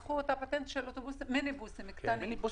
חשוב שוועדת המשנה תתמקד ותשים פוקוס על העניין הזה של התחבורה ציבורית.